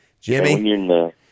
Jimmy